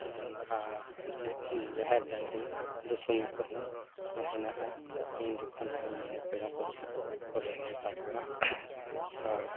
ᱱᱚᱝᱠᱟ ᱪᱮᱫ ᱡᱟᱦᱮᱨ ᱰᱟᱝᱨᱤ ᱫᱚᱥᱚᱢᱤ ᱠᱚᱦᱚᱸ ᱦᱮᱱᱟᱜᱼᱟ ᱩᱱᱡᱚᱠᱷᱚᱱ ᱦᱚᱸ ᱢᱟᱱᱮ ᱯᱮᱲᱟ ᱯᱚᱨᱵᱷᱩ ᱠᱚᱞᱮ ᱱᱮᱶᱛᱟ ᱠᱚᱣᱟ ᱦᱳᱭ